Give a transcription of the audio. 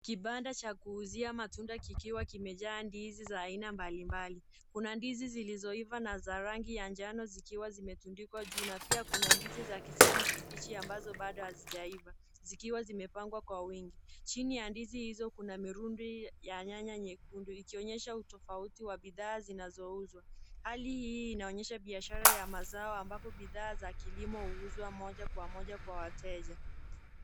Kibanda cha kuuzia matunda kikiwa kimejaa ndizi za aina mbalimbali. Kuna ndizi zilizoiva na za rangi ya njano zikiwa zimetundikwa juu na pia kuna ndizi za kijani kibichi ambazo bado hazijaiva, zikiwa zimepangwa kwa wingi. Chini ya ndizi hizo kuna mirundo ya nyanya nyekundu ikionyesha utofauti wa bidhaa zinazouzwa. Hali hii inaonyesha biashara ya mazao ambapo bidhaa za kilimo huuzwa moja kwa moja kwa wateja.